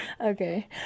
Okay